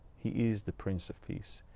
he is the prince of peace.